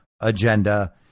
agenda